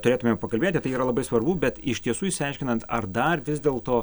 turėtumėm pakalbėti tai yra labai svarbu bet iš tiesų išsiaiškinant ar dar vis dėlto